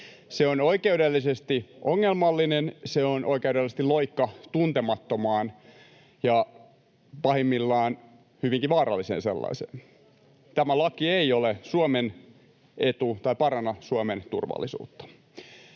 Se on oikeudellisesti ongelmallinen, se on oikeudellisesti loikka tuntemattomaan, ja pahimmillaan hyvinkin vaaralliseen sellaiseen. Tämä laki ei ole Suomen etu tai